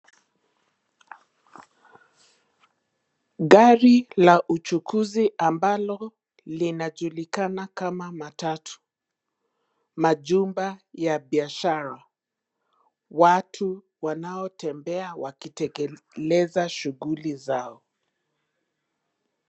Gari la uchukuzi ambalo linajulikana kama matatu, majumba ya biashara. Watu wanaotembea wakitekeleza shughuli zao.